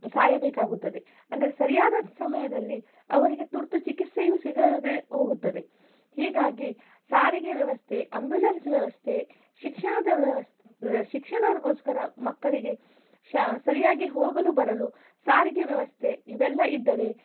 ಸಾಯಬೇಕಾಗುತ್ತದೆ ಅಂದರೆ ಸರಿಯಾದ ಸಮಯದಲ್ಲಿ ಅವರಿಗೆ ತುರ್ತು ಚಿಕಿತ್ಸೆಯೂ ಸಿಗದೆ ಹೋಗುತ್ತದೆ ಹೀಗಾಗಿ ಸಾರಿಗೆ ವ್ಯವಸ್ಥೆ ಅಂಬ್ಯುಲೆನ್ಸ್ ವ್ಯವಸ್ಥೆ ಶಿಕ್ಷಣದ ವ್ಯವಸ್ಥೆ ಶಿಕ್ಷಣರ್ಗೋಸ್ಕರ ಮಕ್ಕಳಿಗೆ ಶಾ ಸರಿಯಾಗಿ ಹೋಗಲು ಬರಲು ಸಾರಿಗೆ ವ್ಯವಸ್ಥೆ ಇವೆಲ್ಲ ಇದ್ದರೆ